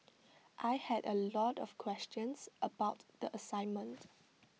I had A lot of questions about the assignment